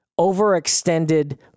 overextended